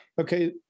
okay